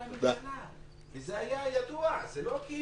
זה על הממשלה.